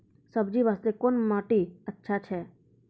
सब्जी बास्ते कोन माटी अचछा छै?